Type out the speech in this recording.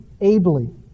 ably